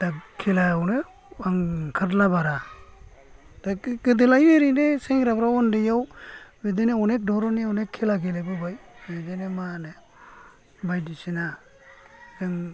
दा खेलायावनो आं ओंखारला बारा गोदोलाय ओरैनो सेंग्राफ्राव उन्दैआव बिदिनो अनेख धरननि अनेख खेला गेलेबोबाय बिदिनो मा होनो बायदिसिना जों